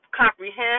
comprehend